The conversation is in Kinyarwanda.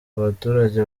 abaturage